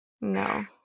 no